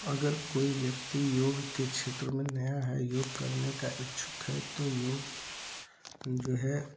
अगर कोई व्यक्ति योग के क्षेत्र में नया है योग करने का इच्छुक है तो योग जो है